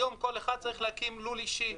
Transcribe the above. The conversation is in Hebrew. היום כל אחד צריך להקים לול אישי.